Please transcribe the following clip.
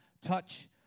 touch